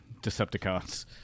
Decepticons